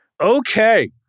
Okay